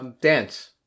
dance